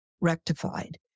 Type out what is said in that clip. rectified